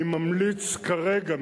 אני ממליץ כרגע,